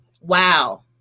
Wow